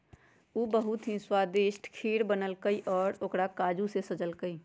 उ बहुत ही स्वादिष्ट खीर बनल कई और ओकरा काजू से सजल कई